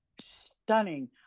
stunning